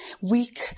Weak